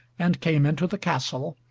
and came into the castle,